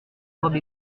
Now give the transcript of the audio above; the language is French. robe